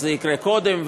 אז זה יקרה קודם,